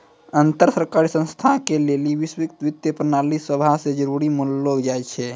अन्तर सरकारी संस्थानो के लेली वैश्विक वित्तीय प्रणाली सभै से जरुरी मानलो जाय छै